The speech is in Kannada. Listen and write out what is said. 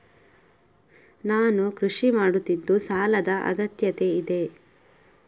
ನಾನು ಕೃಷಿ ಮಾಡುತ್ತಿದ್ದು ಸಾಲದ ಅಗತ್ಯತೆ ಇದೆ?